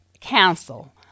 Council